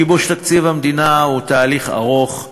גיבוש תקציב המדינה הוא תהליך ארוך,